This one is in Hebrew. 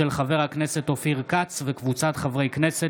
של חבר הכנסת אופיר כץ וקבוצת חברי הכנסת.